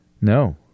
No